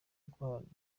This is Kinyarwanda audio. guharanira